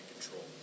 control